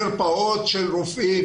מרפאות של רופאים,